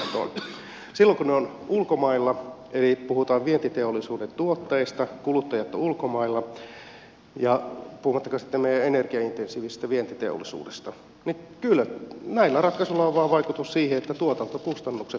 silloin kun he ovat ulkomailla eli puhutaan vientiteollisuuden tuotteista kuluttajat ovat ulkomailla puhumattakaan sitten meidän energiaintensiivisestä vientiteollisuudesta niin kyllä näillä ratkaisuilla vain on vaikutus siihen että tuotantokustannukset nousevat